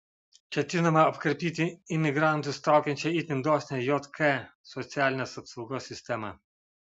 ketinama apkarpyti imigrantus traukiančią itin dosnią jk socialinės apsaugos sistemą